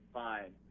fine